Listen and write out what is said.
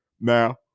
Now